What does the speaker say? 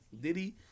Diddy